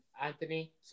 Anthony